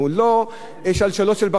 לא שלשלות של ברזל,